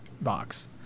box